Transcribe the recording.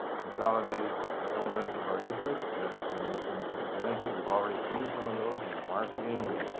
consolidate elements of our district that we can take advantage of. we've already seen some of those in the marketing,